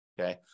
Okay